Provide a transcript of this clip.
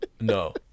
no